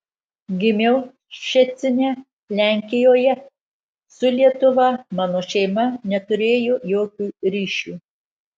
gimiau ščecine lenkijoje su lietuva mano šeima neturėjo jokių ryšių